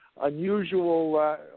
unusual